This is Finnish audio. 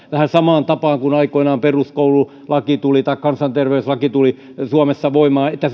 vähän samaan tapaan kuin silloin aikoinaan kun peruskoululaki tai kansanterveyslaki tulivat suomessa voimaan niin että